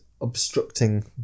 obstructing